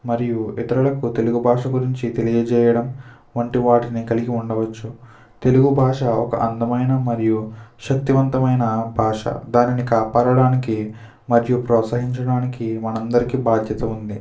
మరియు ఇతరులకు తెలుగు భాషా గురించి తెలియజేయడం వంటి వాటిని కలిగి ఉండవచ్చు తెలుగు భాష ఒక్క అందమైన మరియు శక్తి వంతమైన భాష దానిని కాపాడడానికి మరియు ప్రోత్సహించడానికి మనందరికీ బాధ్యత ఉంది